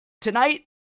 Tonight